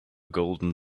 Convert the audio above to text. golden